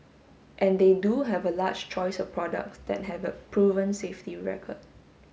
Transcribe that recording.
and they do have a large choice of products that have a proven safety record